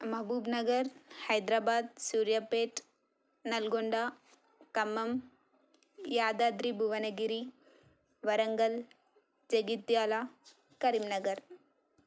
Mahabubnagar Hyderabad Suryapet Nalgonda Khammam Yadadri Bhuvanagiri Warangal Jagtial Karimnagar